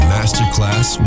Masterclass